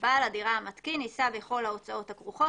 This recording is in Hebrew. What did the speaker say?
"בעל הדירה המתקין יישא בכל ההוצאות הכרוכות